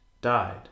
died